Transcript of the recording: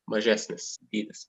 mažesnis dydis